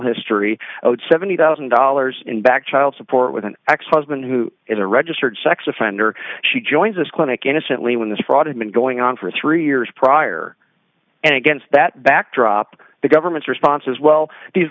history seventy thousand dollars in back child support with an ex husband who is a registered sex offender she joins us clinic innocently when this fraud had been going on for three years prior and against that backdrop the government's response is well these